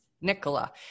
Nicola